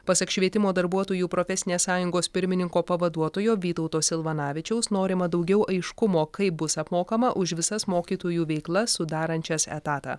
pasak švietimo darbuotojų profesinės sąjungos pirmininko pavaduotojo vytauto silvanavičiaus norima daugiau aiškumo kaip bus apmokama už visas mokytojų veiklas sudarančias etatą